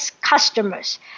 customers